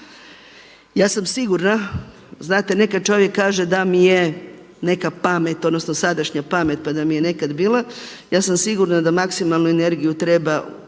Ja sam sigurna, znate nekad čovjek kaže da mi je neka pamet odnosno sadašnja pamet da mi je nekad bila, ja sam sigurna da maksimalnu energiju treba učiniti